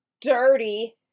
Dirty